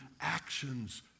actions